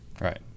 Right